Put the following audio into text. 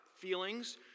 Feelings